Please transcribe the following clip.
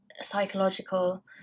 psychological